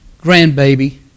grandbaby